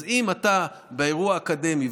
אז אם אתה באירוע אקדמי,